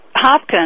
Hopkins